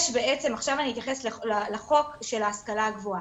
עכשיו אני אתייחס לחוק של ההשכלה הגבוהה.